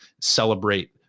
celebrate